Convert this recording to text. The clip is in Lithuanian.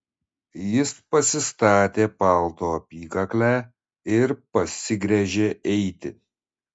jis pasistatė palto apykaklę ir pasigręžė eiti